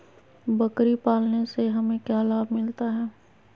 बकरी पालने से हमें क्या लाभ मिलता है?